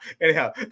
Anyhow